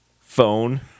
phone